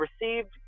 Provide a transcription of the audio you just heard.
received